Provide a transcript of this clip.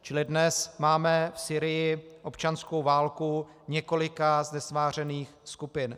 Čili dnes máme v Sýrii občanskou válku několika znesvářených skupin.